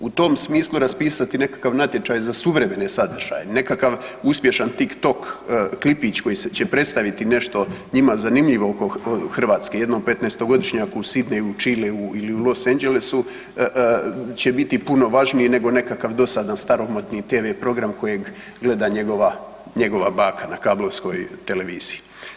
U tom smislu raspisati nekakav natječaj za suvremene sadržaje, nekakav uspješan Tik-Tok, klipić koji će predstaviti nešto njima zanimljivo oko Hrvatske, jednom 15-godišnjaku u Sydneyu, Čileu ili u Los Angelesu će biti puno važniji nego nekakav dosadan i staromodni tv program kojeg gleda njegova, njegova baka na kablovskoj televiziji.